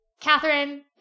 Catherine